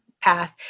path